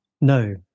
no